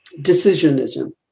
decisionism